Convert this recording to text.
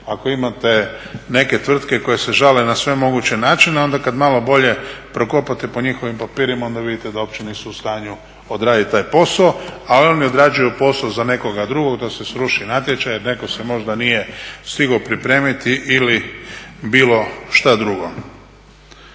ako imate neke tvrtke koje se žale na sve moguće načine. Onda kad malo bolje prokopate po njihovim papirima onda vidite da uopće nisu u stanju odraditi taj posao, a oni odrađuju posao za nekoga drugog da se sruši natječaj jer netko se možda nije stigao pripremiti ili bilo šta drugo.